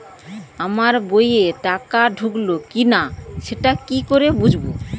আমার বইয়ে টাকা ঢুকলো কি না সেটা কি করে বুঝবো?